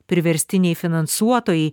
priverstiniai finansuotojai